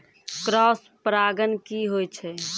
Cross परागण की होय छै?